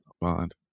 bond